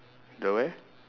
the where